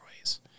ways